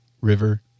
river